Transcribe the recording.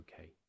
okay